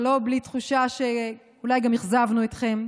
ולא בלי תחושה שאולי גם אכזבנו אתכם.